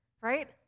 right